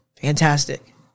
Fantastic